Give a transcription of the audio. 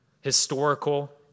historical